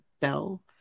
bell